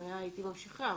אם היה, הייתי ממשיכה,